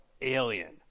Alien